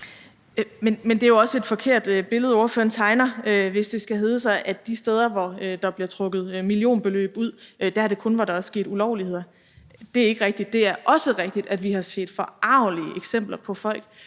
Det er jo også et forkert billede, ordføreren tegner, hvis det skal hedde sig, at de steder, hvor der bliver trukket millionbeløb ud, kun er der, hvor der er sket ulovligheder. Det er ikke rigtigt. Det er også rigtigt, at vi har set forargelige eksempler på folk,